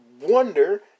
wonder